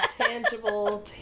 tangible